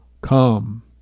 come